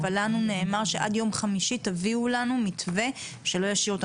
אבל לנו נאמר שעד ליום חמישי אתם תביאו לנו מתווה שלא ישאיר אותנו.